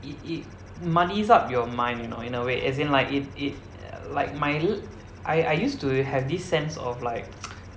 it it muddies up your mind you know in a way as in like it it like my l~ I I used to have this sense of like